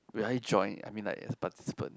will I join I mean like participant